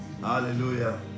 Hallelujah